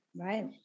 Right